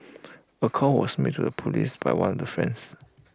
A call was made to the Police by one of the friends